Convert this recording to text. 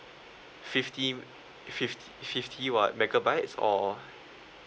fifty m~ fif~ fifty what megabytes or